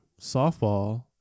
Softball